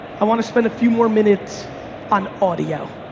i want to spend a few more minutes on audio.